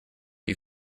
you